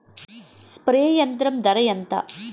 Spray యంత్రం ధర ఏంతా?